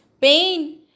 pain